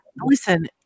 Listen